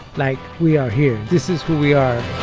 like, we are here. this is who we are